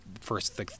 first